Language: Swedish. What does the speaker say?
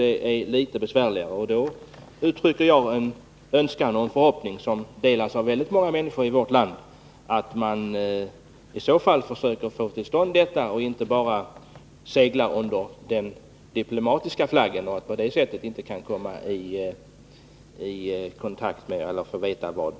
I så fall vill jag uttrycka en önskan och en förhoppning, som delas av många människor i vårt land, att svenska myndigheter försöker få till stånd en sådan kontroll av fartygens utrustning och inte låter dem segla under diplomatisk flagg.